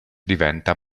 diventa